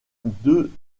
deux